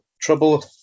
trouble